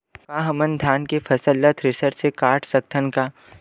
का हमन धान के फसल ला थ्रेसर से काट सकथन का?